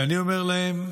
ואני אומר להם: